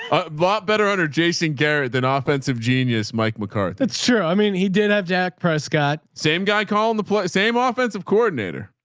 a lot better under jason garrett than ah offensive genius. mike mccarthy. that's true. i mean, he did have dak prescott, same guy calling the same ah offensive coordinator.